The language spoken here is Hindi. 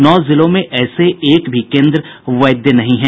नौ जिलों में ऐसे एक भी केन्द्र वैध नहीं है